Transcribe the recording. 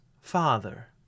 father